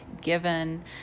given